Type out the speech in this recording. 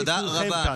תודה רבה.